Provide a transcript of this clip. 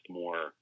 more –